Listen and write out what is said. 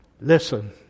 Listen